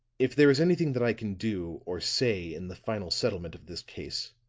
if there is anything that i can do, or say in the final settlement of this case,